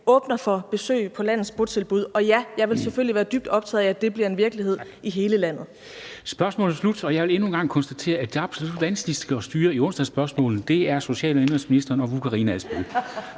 åbner for besøg på landets botilbud. Og ja, jeg vil selvfølgelig være dybt optaget af, at det bliver en virkelighed i hele landet. Kl. 14:22 Formanden (Henrik Dam Kristensen): Spørgsmålet er sluttet, og jeg vil endnu en gang konstatere, at de absolut vanskeligste at styre i onsdagsspørgsmålene er social- og indenrigsministeren og fru Karina Adsbøl,